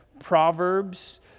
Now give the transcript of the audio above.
Proverbs